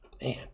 man